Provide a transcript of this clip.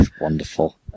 wonderful